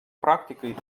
практикой